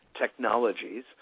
technologies